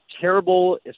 terrible